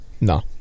No